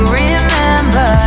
remember